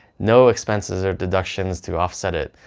no expenses or deductions to offset it,